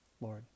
Lord